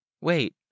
Wait